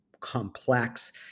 complex